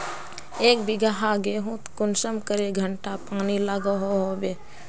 एक बिगहा गेँहूत कुंसम करे घंटा पानी लागोहो होबे?